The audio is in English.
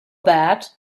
bad